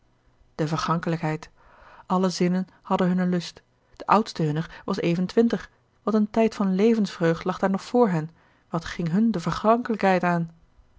de vergankelijkheid alle zinnen hadden hunnen lust de oudste hunner was even twintig wat een tijd van levensvreugd lag daar nog vr hen wat ging hun de vergankelijkheid aan